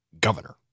governor